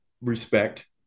respect